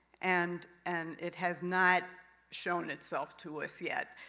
and and it has not shown itself to us yet.